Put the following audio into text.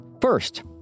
First